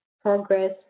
progress